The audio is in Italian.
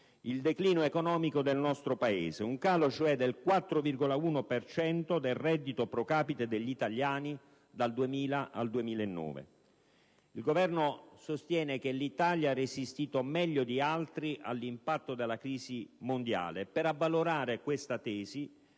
il declino economico del nostro Paese, un calo cioè del 4,1 per cento del reddito *pro capite* degli italiani dal 2000 al 2009. Il Governo sostiene che l'Italia ha resistito meglio di altri all'impatto della crisi mondiale: per avvalorare questa tesi